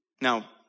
Now